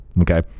okay